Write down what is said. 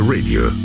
Radio